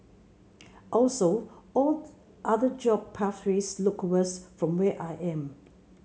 also all other job pathways look worse from where I am